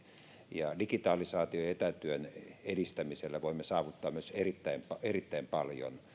ja digitalisaation ja etätyön edistämisellä voimme saavuttaa myös erittäin erittäin paljon